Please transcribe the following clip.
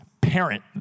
parent